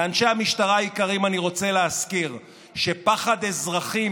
לאנשי המשטרה היקרים אני רוצה להזכיר שפחד אזרחים